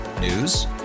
News